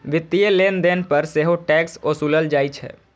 वित्तीय लेनदेन पर सेहो टैक्स ओसूलल जाइ छै